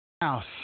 house